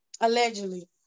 Allegedly